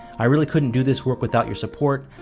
i really couldn't do this work without your support.